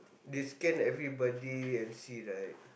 they scan everybody and see right